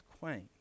quaint